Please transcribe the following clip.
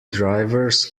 drivers